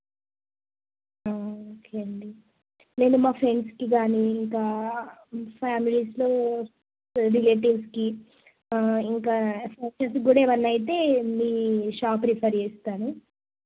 okay అండి నేను మా ఫ్రెండ్స్కి కానీ ఇంకా ఫ్యామిలీస్లో రిలేటివ్స్కి ఇంకా ఫంక్షన్స్కి ఏమన్న అయితే మీ షాప్ రిఫర్ చేస్తాను